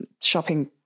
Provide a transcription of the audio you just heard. shopping